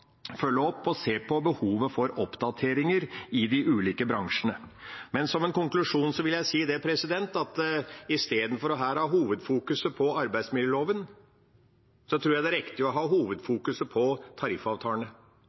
følge opp og se på behovet for oppdateringer i de ulike bransjene. Som en konklusjon vil jeg si at istedenfor her å ha hovedfokuset på arbeidsmiljøloven tror jeg det er riktig å ha hovedfokuset på tariffavtalene.